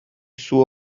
suo